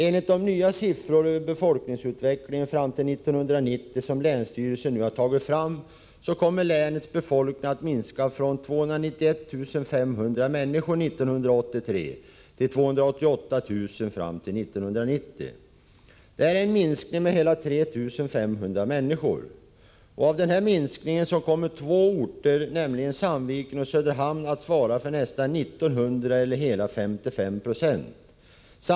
Enligt de nya siffror över befolkningsutvecklingen fram till 1990 som länsstyrelsen nu har tagit fram kommer länets befolkning att minska från 291 500 människor 1983 till 288 000 fram till 1990. Detta är en minskning med hela 3 500 människor. Av den här minskningen kommer två orter, nämligen Sandviken och Söderhamn, att svara för nästan 1 900 personer eller hela 55 96.